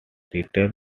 retail